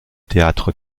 théâtre